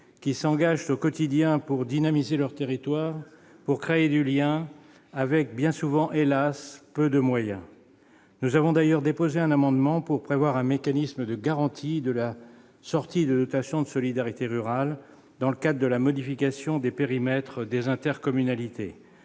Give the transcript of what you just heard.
qui s'engagent au quotidien pour dynamiser leur territoire et créer du lien, bien souvent- hélas ! -avec peu de moyens. Nous avons d'ailleurs déposé un amendement pour prévoir un mécanisme de garantie de sortie de la dotation de solidarité rurale dans le cadre de la modification des périmètres des intercommunalités.